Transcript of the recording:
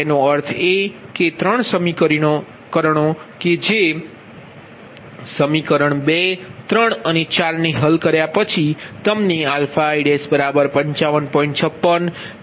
તેનો અર્થ એ કે ત્રણ સમીકરણો કે જે સમીકરણ અને ને હલ કર્યા પછી તમને i 55